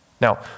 Now